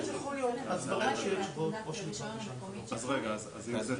כן, אל תשכח שכרגע החוק